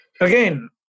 again